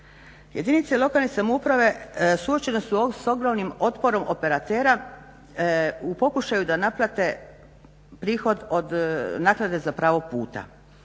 Jedinice lokalne samouprave suočene su s ogromnim otporom operatera u pokušaju da naplate prihod od naknade za pravo puta.